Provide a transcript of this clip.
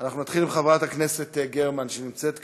נתחיל עם חברת הכנסת גרמן, שנמצאת כאן,